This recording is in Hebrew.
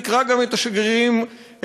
נקרא גם את השגרירים מצרפת,